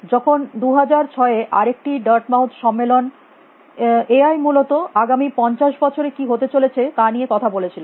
যখন 2006 এ আরেকটি ডার্ট মাউথ সম্মেলন এ এআই মূলত আগামী 50 বছরে কী হতে চলেছে তা নিয়ে কথা বলেছিলেন